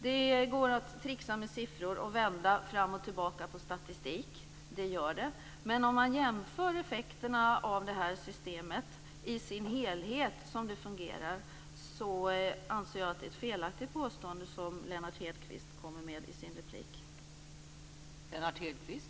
Det går att trixa med siffror, och man kan vända fram och tillbaka på statistik, men vid en jämförelse med effekterna av systemet som det fungerar i dess helhet finner jag att det påstående som Lennart Hedquist gör i sin replik är felaktigt.